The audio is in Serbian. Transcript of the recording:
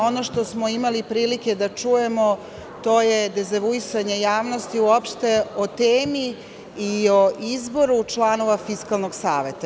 Ono što smo imali prilike da čujemo to je dezavuisanje javnosti uopšte o temi i o izboru članova Fiskalnog saveta.